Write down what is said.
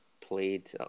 played